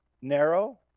narrow